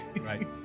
Right